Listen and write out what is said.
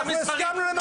עברנו למסחרי.